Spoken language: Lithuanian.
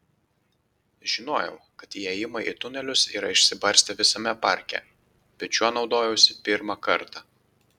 žinojau kad įėjimai į tunelius yra išsibarstę visame parke bet šiuo naudojausi pirmą kartą